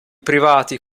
privati